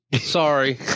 Sorry